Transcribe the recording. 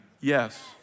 Yes